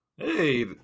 Hey